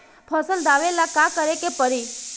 फसल दावेला का करे के परी?